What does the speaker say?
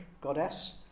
goddess